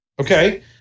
Okay